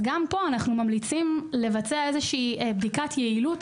גם פה אנחנו ממליצים לבצע בדיקת יעילות